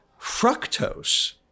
Fructose